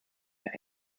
mir